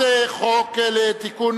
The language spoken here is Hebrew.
ועדת חוקה.